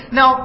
Now